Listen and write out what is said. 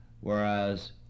Whereas